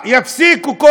כל האזרחים.